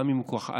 גם אם הוא כך,